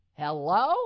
Hello